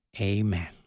Amen